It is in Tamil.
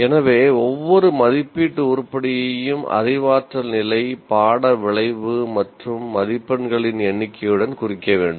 எனவே ஒவ்வொரு மதிப்பீட்டு உருப்படியையும் அறிவாற்றல் நிலை பாட விளைவு மற்றும் மதிப்பெண்களின் எண்ணிக்கையுடன் குறிக்க வேண்டும்